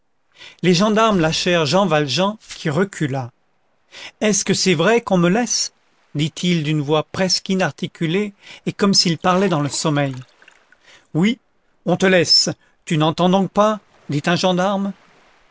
les gendarmes lâchèrent jean valjean qui recula est-ce que c'est vrai qu'on me laisse dit-il d'une voix presque inarticulée et comme s'il parlait dans le sommeil oui on te laisse tu n'entends donc pas dit un gendarme